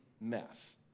mess